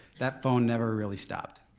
that phone never really stopped.